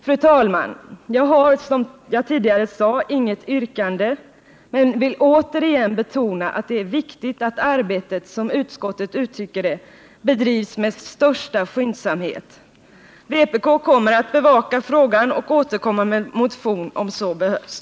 Fru talman! Jag har, som jag tidigare sade, inget yrkande men vill återigen betona att det är viktigt att arbetet, som utskottet uttrycker det, bedrivs med största skyndsamhet. Vpk kommer att bevaka frågan och återkomma med en motion om så behövs.